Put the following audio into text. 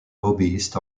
hobbyists